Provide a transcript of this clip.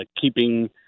keeping